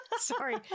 Sorry